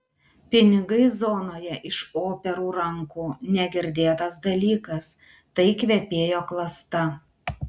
pinigai zonoje iš operų rankų negirdėtas dalykas tai kvepėjo klasta